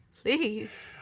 Please